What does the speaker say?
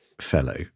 fellow